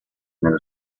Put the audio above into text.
nello